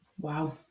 wow